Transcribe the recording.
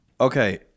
Okay